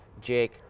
Jake